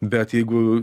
bet jeigu